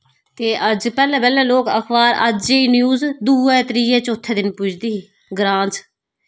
ते अज्ज पैह्ले पैह्ले लोक अखबार अज्जै दी न्यूज दुए त्रिए चौथे दिन पुजदी ही ग्रां च